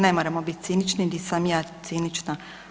Ne moramo biti cinični niti sam ja cinična.